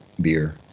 beer